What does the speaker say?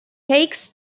takes